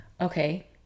Okay